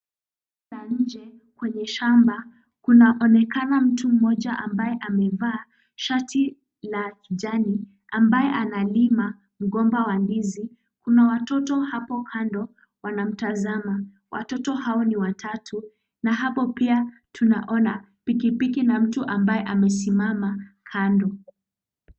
Za nje kwenye shamba, kunaoneka mtu mmoja ambaye amevaa shati la kijani, ambaye analima, mgomba wa ndizi. Kuna watoto hapo kando, wanatazama. Watoto hao ni watatu, na hapo tunaona pia, pikipiki na mtu ambaye amesimama kando.